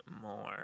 more